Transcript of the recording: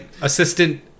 assistant